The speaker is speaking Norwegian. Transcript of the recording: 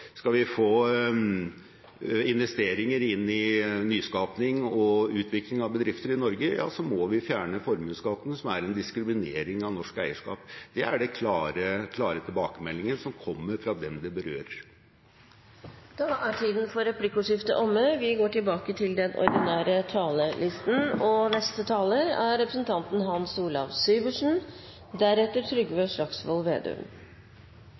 skal vi fremme også privat eierskap, skal vi få investeringer inn i nyskaping og utvikling av bedrifter i Norge, ja, så må vi fjerne formuesskatten, som er en diskriminering av norsk eierskap. Det er den klare tilbakemeldingen som kommer fra dem det berører. Replikkordskiftet er omme. Denne høsten har vært preget av mye skatt og skattedebatt – først regjeringens forslag til budsjett, så forliket, så har vi fått Scheel-utvalget, og